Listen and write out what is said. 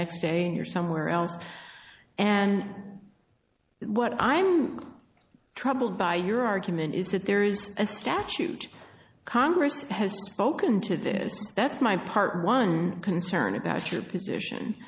next day and you're somewhere else and what i'm troubled by your argument is that there is a statute congress has spoken to this that's my part one concern about your position